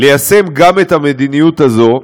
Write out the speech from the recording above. ליישם גם את המדיניות הזאת,